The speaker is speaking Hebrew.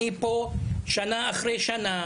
אני פה שנה אחרי שנה,